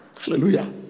Hallelujah